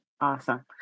Awesome